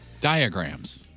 Diagrams